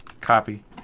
copy